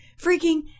freaking